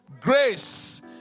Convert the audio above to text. grace